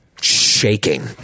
shaking